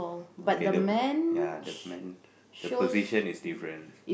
okay ya the man the position is different